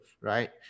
right